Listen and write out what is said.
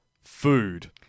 food